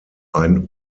ein